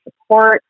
support